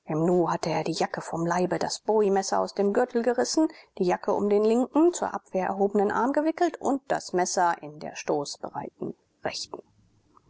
hatte er die jacke vom leibe das bowiemesser aus dem gürtel gerissen die jacke um den linken zur abwehr erhobenen arm gewickelt und das messer in der stoßbereiten rechten